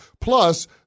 Plus